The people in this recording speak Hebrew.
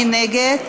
מי נגד?